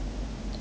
做么你这样